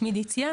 שמי דיציה,